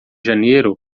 janeiro